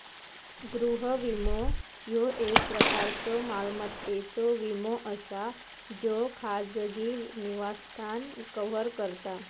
गृह विमो, ह्यो एक प्रकारचो मालमत्तेचो विमो असा ज्यो खाजगी निवासस्थान कव्हर करता